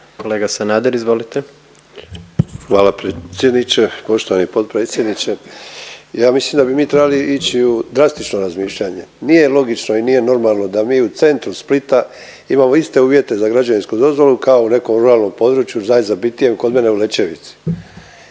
**Sanader, Ante (HDZ)** Hvala predsjedniče, poštovani potpredsjedniče. Ja mislim da bi mi trebali ići u drastično razmišljanje. Nije logično i nije normalno da mi u centru Splita imamo iste uvjete za građevinsku dozvolu kao u nekom ruralnom području najzabitijem kod mene u Lećevici.